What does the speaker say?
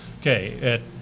okay